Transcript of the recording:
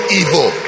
evil